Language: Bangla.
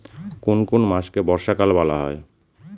কোন কোন মাসকে বর্ষাকাল বলা হয়?